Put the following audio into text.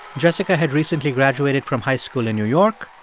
jessica had recently graduated from high school in new york.